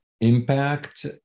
impact